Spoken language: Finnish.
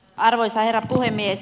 arvoisa herra puhemies